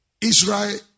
Israel